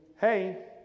hey